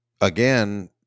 again